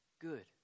good